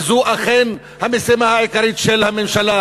וזו אכן המשימה העיקרית של הממשלה,